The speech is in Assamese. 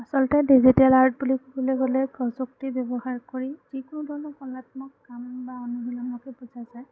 আচলতে ডিজিটেল আৰ্ট বুলি ক'বলৈ গ'লে প্ৰযুক্তি ব্যৱহাৰ কৰি যিকোনো ধৰণৰ কলাত্মক কাম বা অনুশীলনকে বুজা যায়